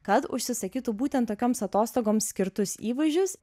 kad užsisakytų būtent tokioms atostogoms skirtus įvaizdžius